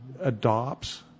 adopts